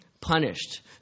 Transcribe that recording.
punished